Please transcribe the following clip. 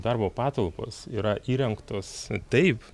darbo patalpos yra įrengtos taip